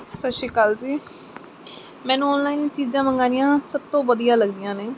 ਸਤਿ ਸ਼੍ਰੀ ਅਕਾਲ ਜੀ ਮੈਨੂੰ ਓਨਲਾਈਨ ਚੀਜ਼ਾਂ ਮੰਗਵਾਉਣੀਆਂ ਸਭ ਤੋਂ ਵਧੀਆ ਲੱਗਦੀਆਂ ਨੇ